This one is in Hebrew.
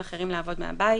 הקורונה החדש (הוראת שעה) (הידוק הגבלות),